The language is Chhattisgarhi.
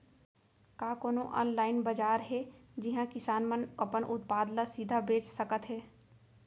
का कोनो अनलाइन बाजार हे जिहा किसान मन अपन उत्पाद ला सीधा बेच सकत हे?